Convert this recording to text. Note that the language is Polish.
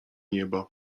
nieba